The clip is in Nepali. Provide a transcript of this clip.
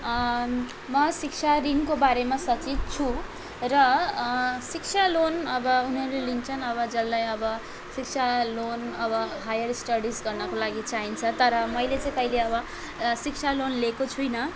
म शिक्षा ऋणको बारेमा सचेत छु र शिक्षा लोन अब उनीहरूले लिन्छन् अब जसलाई अब शिक्षा लोन अब हायर स्टडिस गर्नको लागि चाहिन्छ तर मैले चाहिँ कहिले अब शिक्षा लोन लिएको छुइनँ